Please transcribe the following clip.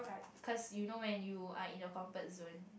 cause you know when you are in your comfort zone